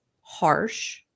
harsh